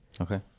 Okay